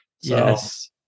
Yes